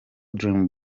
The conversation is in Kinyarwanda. dream